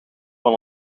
van